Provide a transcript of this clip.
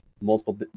multiple